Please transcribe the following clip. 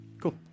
cool